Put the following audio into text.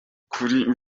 kuri